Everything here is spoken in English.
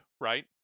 right